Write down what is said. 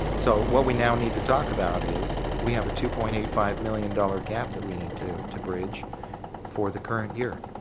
so what we now need to talk about is we have a two point eight five million dollar gap that we need to bridge for the current year.